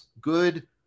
good